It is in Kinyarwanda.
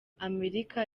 amerika